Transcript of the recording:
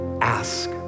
ask